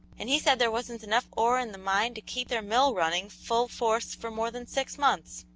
and he said there wasn't enough ore in the mine to keep their mill running full force for more than six months.